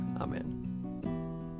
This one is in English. Amen